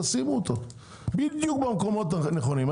תשימו אותו בדיוק במקומות הנכונים.